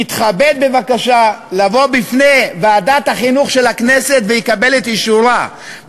יתכבד בבקשה לבוא בפני ועדת החינוך של הכנסת ויקבל את אישורה.